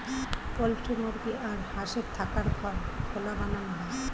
poultry মুরগি আর হাঁসের থাকার ঘর খোলা বানানো হয়